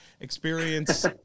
experience